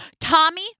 Tommy